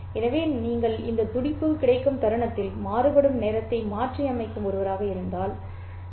எனவே நீங்கள் இந்த துடிப்பு கிடைக்கும் தருணத்தில் மாறுபடும் நேரத்தை மாற்றியமைக்கும் ஒருவராக இருந்தால் ஓ